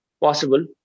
Possible